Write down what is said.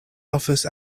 office